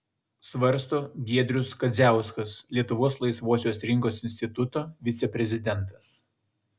svarsto giedrius kadziauskas lietuvos laisvosios rinkos instituto viceprezidentas